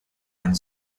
and